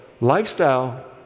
lifestyle